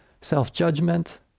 self-judgment